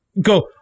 go